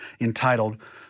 entitled